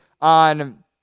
on